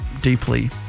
deeply